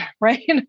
right